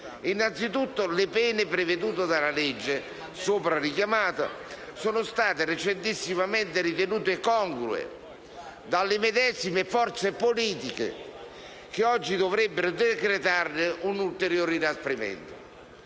Innanzitutto, le pene prevedute dalla legge sopra richiamata sono state recentissimamente ritenute congrue dalle medesime forze politiche che oggi dovrebbero decretarne un ulteriore inasprimento.